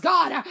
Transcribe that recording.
God